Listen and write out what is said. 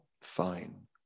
fine